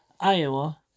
Iowa